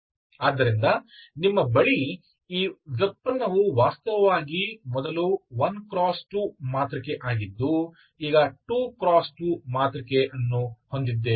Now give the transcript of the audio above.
ಆದ್ದರಿಂದ ನಿಮ್ಮ ಬಳಿ ಈ ವ್ಯುತ್ಪನ್ನವು ವಾಸ್ತವವಾಗಿ ಮೊದಲು 1×2 ಮಾತೃಕೆ ಆಗಿದ್ದು ಈಗ 2×2 ಮಾತೃಕೆ ಅನ್ನು ಹೊಂದಿದ್ದೇವೆ